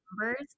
numbers